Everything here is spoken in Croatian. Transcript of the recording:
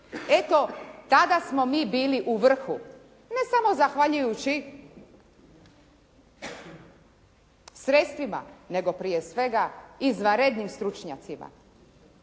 Eto tada smo mi bili u vrhu ne samo zahvaljujući sredstvima, nego prije svega izvanrednim stručnjacima.